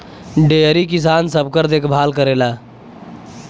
dairy किसान सबकर देखभाल करेला